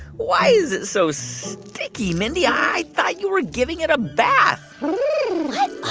why is it so sticky, mindy? i thought you were giving it a bath what?